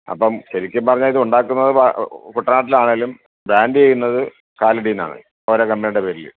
അപ്പം ശരിക്കും പറഞ്ഞാൽ ഇതൊണ്ടക്കുന്നത് പാ കുട്ടനാട്ടിലാണേലും ബ്രാൻറ്റെയുന്നത് കാലടിന്നാണ് ഓരോ കമ്പനിടെ പേരിൽ